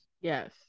yes